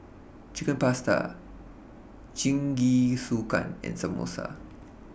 Chicken Pasta Jingisukan and Samosa